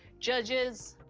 judges,